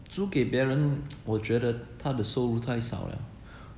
租给别人 我觉得他的收入太少了